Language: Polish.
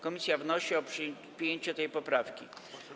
Komisja wnosi o przyjęcie tej poprawki.